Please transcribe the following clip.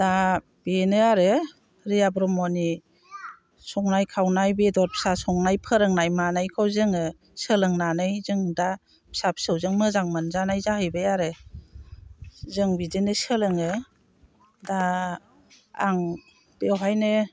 दा बेनो आरो रिया ब्रह्मनि संनाय खावनाय बेदर फिसा संनाय फोरोंनाय मानायखौ जोङो सोलोंनानै जों दा फिसा फिसौजों मोजां मोनजानाय जाहैबाय आरो जों बिदिनो सोलोङो दा आं बेवहायनो